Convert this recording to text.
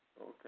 Okay